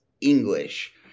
English